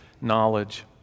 knowledge